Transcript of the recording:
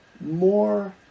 more